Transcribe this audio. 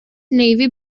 navy